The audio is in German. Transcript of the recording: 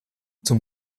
zum